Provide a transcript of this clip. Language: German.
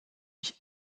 mich